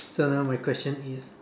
so now my question is